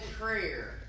prayer